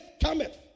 cometh